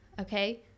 okay